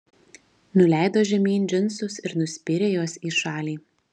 nuleido žemyn džinsus ir nuspyrė juos į šalį